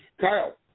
Kyle